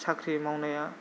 साख्रि मावनाया